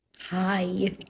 hi